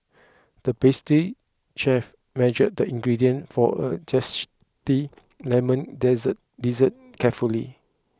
the pastry chef measured the ingredients for a zesty lemon desert dessert carefully